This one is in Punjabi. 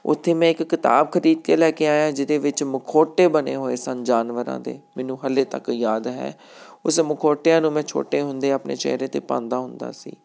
ਉੱਥੇ ਮੈਂ ਇੱਕ ਕਿਤਾਬ ਖਰੀਦ ਕੇ ਲੈ ਕੇ ਆਇਆ ਜਿਹਦੇ ਵਿੱਚ ਮਖੌਟੇ ਬਣੇ ਹੋਏ ਸਨ ਜਾਨਵਰਾਂ ਦੇ ਮੈਨੂੰ ਹਾਲੇ ਤੱਕ ਯਾਦ ਹੈ ਉਸ ਮਖੌਟਿਆਂ ਨੂੰ ਮੈਂ ਛੋਟੇ ਹੁੰਦੇ ਆਪਣੇ ਚਿਹਰੇ 'ਤੇ ਪਾਉਂਦਾ ਹੁੰਦਾ ਸੀ